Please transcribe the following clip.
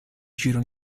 giro